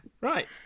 Right